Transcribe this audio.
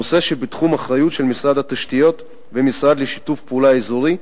נושא שבתחום אחריות של משרד התשתיות והמשרד לשיתוף פעולה אזורי,